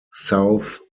south